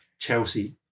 Chelsea